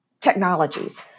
technologies